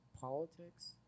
politics